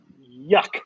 Yuck